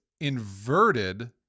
inverted